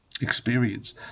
experience